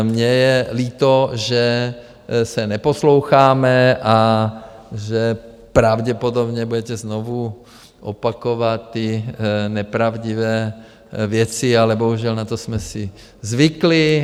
Mně je líto, že se neposloucháme a že pravděpodobně budete znovu opakovat ty nepravdivé věci, ale bohužel na to jsme si zvykli.